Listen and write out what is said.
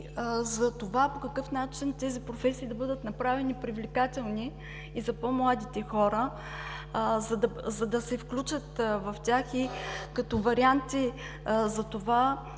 за това по какъв начин тези професии да бъдат направени привлекателни за по-младите хора, за да се включат в тях. Като варианти за това